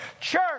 church